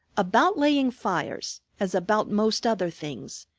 about laying fires, as about most other things,